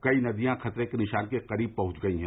कई नदियां खतरे के निशान के करीब पहुंच गई हैं